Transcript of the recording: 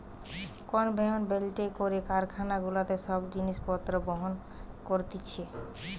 conveyor বেল্টে করে কারখানা গুলাতে সব জিনিস পত্র বহন করতিছে